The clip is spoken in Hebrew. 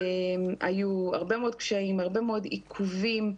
היו הרבה מאוד קשיים, הרבה מאוד עיכובים.